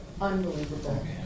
unbelievable